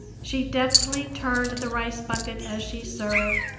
she deftly turned the rice-bucket as she served,